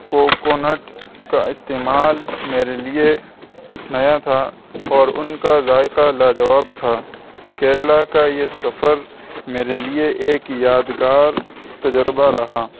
coconut کا استعمال میرے لیے نیا تھا اور ان کا ذائقہ لاجواب تھا کیرلا کا یہ سفر میرے لیے ایک یادگار تجربہ رہا